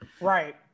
Right